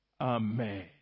Amen